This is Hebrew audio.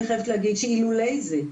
אילולא זה,